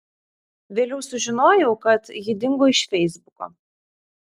vėliau sužinojau kad ji dingo iš feisbuko